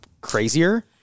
crazier